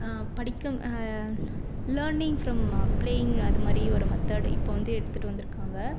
படிக்கும் learning from playing அது மாதிரி ஒரு மெத்தட் இப்போ வந்து எடுத்துட்டு வந்துருக்காங்க